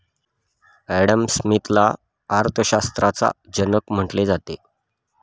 Adam स्मिथला अर्थशास्त्राचा जनक म्हटले जाते